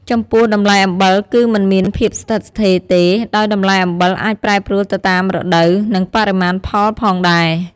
ចំពោះ តម្លៃអំបិលគឺមិនមានភាពស្ថិតស្ថេរទេ ដោយតម្លៃអំបិលអាចប្រែប្រួលទៅតាមរដូវ និងបរិមាណផលផងដែរ។